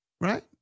right